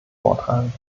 vortragen